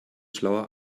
schlauer